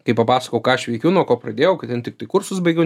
kai papasakojau ką aš veikiu nuo ko pradėjau kad ten tiktai kursus baigiau